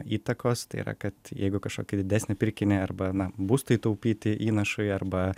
įtakos tai yra kad jeigu kažkokį didesnį pirkinį arba na būstui taupyti įnašui arba